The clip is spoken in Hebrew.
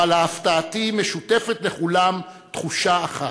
אבל להפתעתי, משותפת לכולם תחושה אחת: